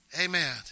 amen